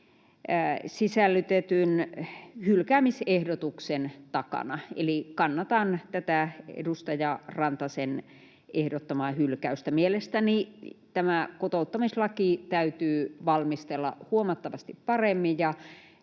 sisällytetyn hylkäämisehdotuksen takana. Eli kannatan tätä edustaja Rantasen ehdottamaa hylkäystä. Mielestäni tämä kotouttamislaki täytyy valmistella huomattavasti paremmin,